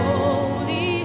holy